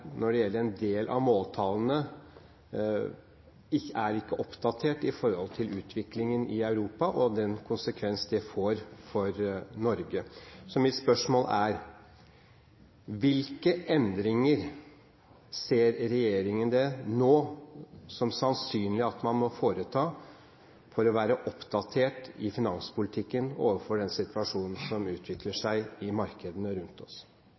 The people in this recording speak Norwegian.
når det gjelder en del av måltallene, ikke er oppdatert i forhold til utviklingen i Europa og den konsekvens det får for Norge. Så mitt spørsmål er: Hvilke endringer ser regjeringen det nå som sannsynlig at man må foreta for å være oppdatert i finanspolitikken når det gjelder den situasjonen som utvikler seg i markedene rundt oss?